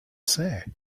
say